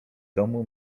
domu